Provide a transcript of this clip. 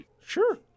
Sure